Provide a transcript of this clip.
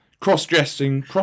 cross-dressing